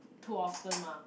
too often mah